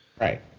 right